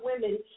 women